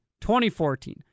2014